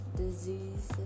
diseases